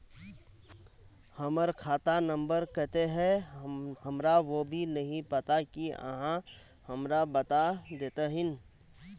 हमर खाता नम्बर केते है हमरा वो भी नहीं पता की आहाँ हमरा बता देतहिन?